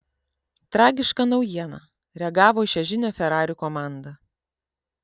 tragiška naujiena reagavo į šią žinią ferrari komanda